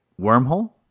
wormhole